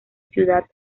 ciudad